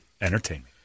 Entertainment